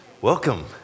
Welcome